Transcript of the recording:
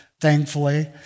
thankfully